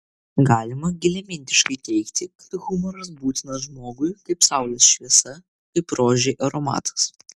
galima giliamintiškai teigti kad humoras būtinas žmogui kaip saulės šviesa kaip rožei aromatas